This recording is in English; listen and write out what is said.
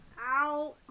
Ow